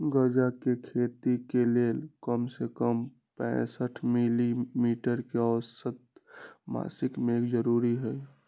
गजा के खेती के लेल कम से कम पैंसठ मिली मीटर के औसत मासिक मेघ जरूरी हई